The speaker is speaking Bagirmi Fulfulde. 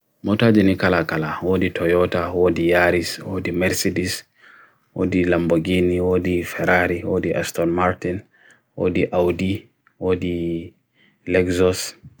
Mota geni kala kala, hoi di Toyota, hoi di Yaris, hoi di Mercedes, hoi di Lamborghini, hoi di Ferrari, hoi di Aston Martin, hoi di Audi, hoi di Lexus.